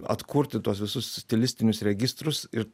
atkurti tuos visus stilistinius registrus ir